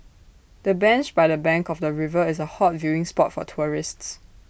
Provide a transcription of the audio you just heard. the bench by the bank of the river is A hot viewing spot for tourists